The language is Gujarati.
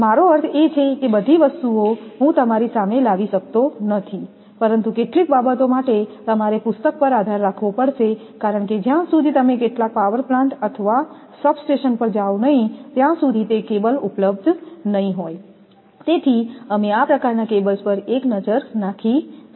મારો અર્થ એ છે કે બધી વસ્તુઓ હું તમારી સામે લાવી શકતો નથી પરંતુ કેટલીક બાબતો માટે તમારે પુસ્તક પર આધાર રાખવો પડશે કારણ કે જ્યાં સુધી તમે કેટલાક પાવર પ્લાન્ટ અથવા સબસ્ટેશન પર જાઓ નહીં ત્યાં સુધી તે કેબલ ઉપલબ્ધ નહીં હોય તેથી તમે આ પ્રકારના કેબલ્સ પર એક નજર નાખી શકો છો